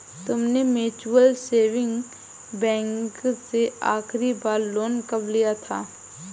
तुमने mutual saving bank से आखरी बार लोन कब लिया था?